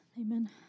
Amen